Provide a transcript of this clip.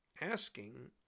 asking